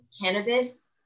cannabis